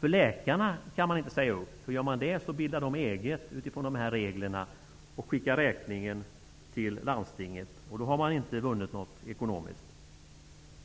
Läkarna kan man inte säga upp. Om man gör det bildar de eget utifrån dessa regler och skickar räkningen till landstinget. Då har man inte vunnit någonting ekonomiskt.